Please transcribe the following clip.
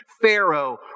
Pharaoh